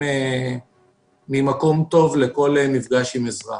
באים ממקום טוב לכל מפגש עם אזרח.